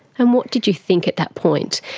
and what did you think at that point,